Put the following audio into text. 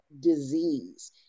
disease